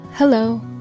Hello